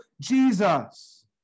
Jesus